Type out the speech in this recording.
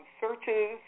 searches